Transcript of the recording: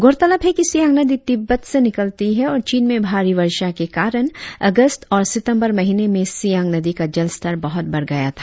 गौरतलब है कि सियांग नदी तिब्बत से निकलती है और चीन में भारी वर्षा के कारण अगस्त और सितंबर महीने में सियांग नदी का जलस्तर बहुत बढ़ गया था